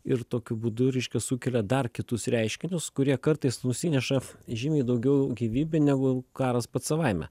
ir tokiu būdu reiškia sukelia dar kitus reiškinius kurie kartais nusineša žymiai daugiau gyvybių negu karas pats savaime